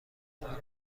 شوهر